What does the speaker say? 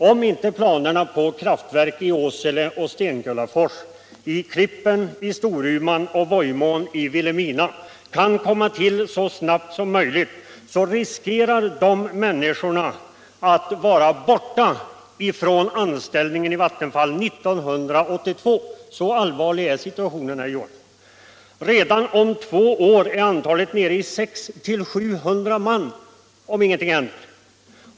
Om inte planerna på kraftverk i Åsele och Stenkullafors, i Klippen i Storumans kommun och i Vojmån i Vilhelmina kommun kommer till utförande så snabbt som möjligt riskerar dessa människor att vara av med sina anställningar i Vattenfall 1982. Så allvarlig är situationen, herr Johansson. Redan om två år är antalet anstä!lda nere i 600 å 700 man om ingenting händer.